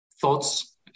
thoughts